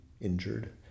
injured